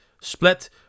split